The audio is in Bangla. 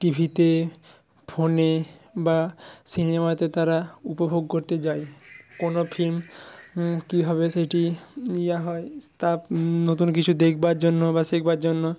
টি ভিতে ফোনে বা সিনেমাতে তারা উপভোগ করতে যায় কোনো ফিল্ম কীভাবে সেটি নেওয়া হয় তা নতুন কিছু দেখবার জন্য বা শেখবার জন্য